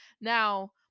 now